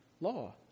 law